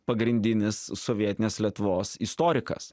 pagrindinis sovietinės lietuvos istorikas